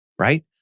right